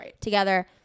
together